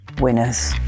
winners